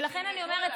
ולכן אני אומרת,